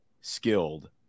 skilled